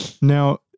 Now